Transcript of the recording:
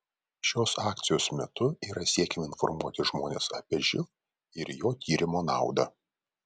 šios akcijos metu yra siekiama informuoti žmones apie živ ir jo tyrimo naudą